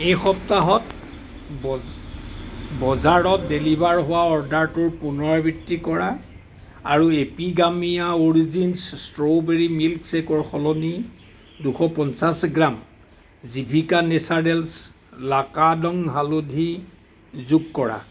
এই সপ্তাহত বজ বজাৰত ডেলিভাৰ হোৱা অৰ্ডাৰটোৰ পুনৰাবৃত্তি কৰা আৰু এপিগামিয়া অৰিজিন্ছ ষ্ট্ৰবেৰী মিল্কশ্বেকৰ সলনি দুশ পঞ্চাছ গ্ৰাম জিভিকা নেচাৰেল্ছ লাকাডং হালধি যোগ কৰা